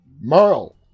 Merle